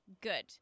Good